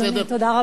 תודה רבה לך.